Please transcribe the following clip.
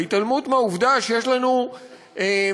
ההתעלמות מהעובדה שיש לנו שוק